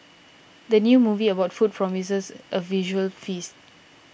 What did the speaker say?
the new movie about food promises a visual feast